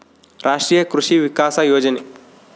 ರಾಷ್ಟ್ರೀಯ ಕೃಷಿ ವಿಕಾಸ ಯೋಜನೆ